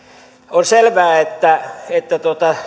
on selvää että että